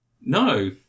No